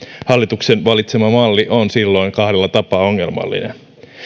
hallituksen valitsema malli on silloin kahdella tapaa ongelmallinen